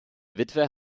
witwe